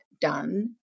done